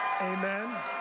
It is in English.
Amen